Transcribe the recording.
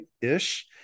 ish